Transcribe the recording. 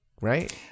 right